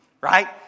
right